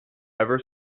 ever